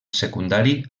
secundari